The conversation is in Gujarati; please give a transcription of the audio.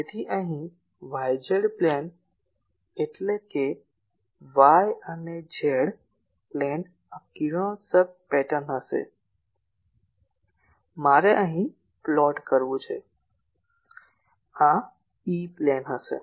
તેથી અહીં y z પ્લેન એટલે કે y અને z પ્લેન આ કિરણોત્સર્ગ પેટર્ન હશે મારે અહીં પ્લોટ કરવું પડશે આ ઇ પ્લેન હશે